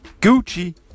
Gucci